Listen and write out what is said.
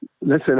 Listen